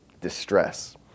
distress